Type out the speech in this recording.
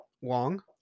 Wong